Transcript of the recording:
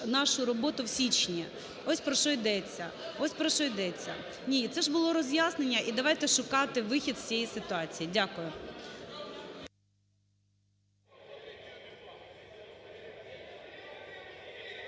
нашу роботу в січні. Ось, про що йдеться. Ось, про що йдеться. Ні, це ж було роз'яснення. І давайте шукати вихід з цієї ситуації. Дякую.